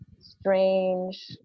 strange